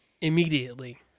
immediately